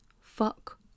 fuck